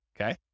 okay